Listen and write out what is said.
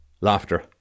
laughter